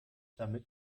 damit